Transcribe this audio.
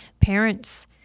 parents